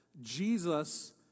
Jesus